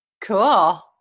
Cool